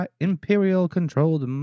Imperial-controlled